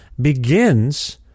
begins